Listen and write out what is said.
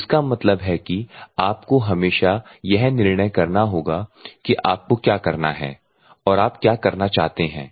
तो इसका मतलब है कि आपको हमेशा यह निर्णय करना होगा कि आपको क्या करना है या आप क्या करना चाहते हैं